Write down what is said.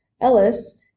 Ellis